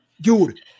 dude